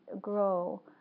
grow